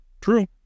True